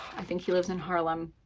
i think he lives in harlem.